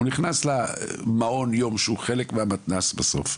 הוא נכנס למעון יום שהוא חלק מהמתנ"ס הקהילתי שלו.